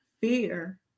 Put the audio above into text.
fear